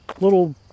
little